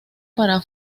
para